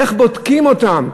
איך בודקים אותן,